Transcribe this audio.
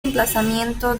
emplazamiento